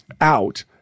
out